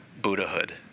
Buddhahood